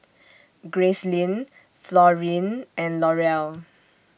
Gracelyn Florene and Laurel